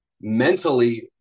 mentally